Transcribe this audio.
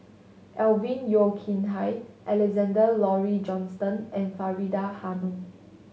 Alvin Yeo Khirn Hai Alexander Laurie Johnston and Faridah Hanum